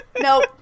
Nope